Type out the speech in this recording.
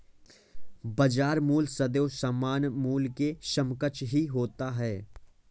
बाजार मूल्य सदैव सामान्य मूल्य के समकक्ष ही होता है